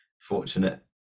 fortunate